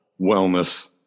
wellness